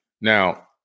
Now